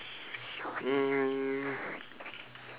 um